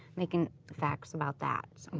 making facts about that.